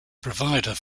provider